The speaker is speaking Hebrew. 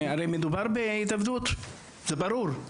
הרי, מדובר בהתאבדות, זה ברור.